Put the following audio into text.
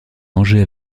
mangeait